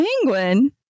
penguin